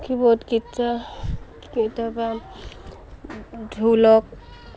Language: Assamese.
কেতিয়াবা ঢোলক